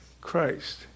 Christ